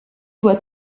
doit